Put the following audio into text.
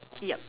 yup